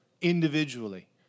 individually